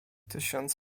tysiąc